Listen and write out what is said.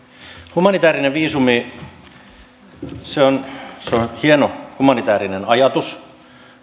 humanitäärinen viisumi on hieno humanitäärinen ajatus